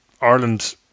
Ireland